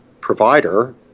provider